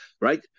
Right